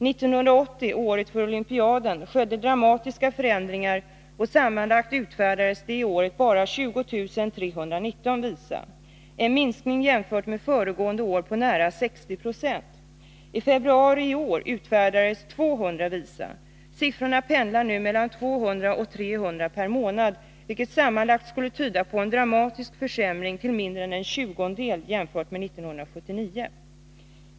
1980— året för olympiaden —- skedde dramatiska förändringar, och sammanlagt utfärdades det året bara 20 319 visa, en minskning jämfört med föregående år på nära 60 76. I februari i år utfärdades 200 visa. Siffrorna pendlar nu mellan 200 och 300 per månad, vilket sammanlagt skulle tyda på en dramatisk försämring till mindre än en tjugondel jämfört med 1979.